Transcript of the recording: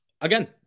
again